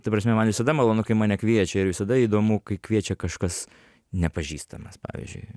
ta prasme man visada malonu kai mane kviečia ir visada įdomu kai kviečia kažkas nepažįstamas pavyzdžiui